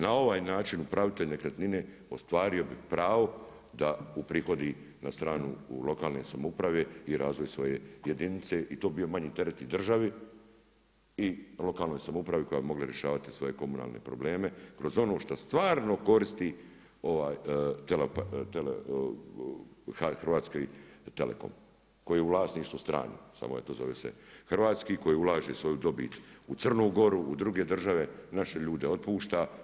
Na ovaj način upravitelj nekretnine ostvario bi pravo da uprihodi na stranu u lokalnoj samoupravi i razvoj svoje jedinice i to bi bio manji teret i državi i lokalnoj samoupravi koja bi mogla rješavati svoje komunalne probleme kroz ono što stvarno koristi ovaj Hrvatski telekom koji je u vlasništvu stranom, samo eto zove se hrvatski, koji ulaže svoju dobit u Crnu Goru, u druge države, naše ljude otpušta.